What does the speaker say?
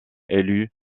élue